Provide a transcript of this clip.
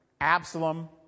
Absalom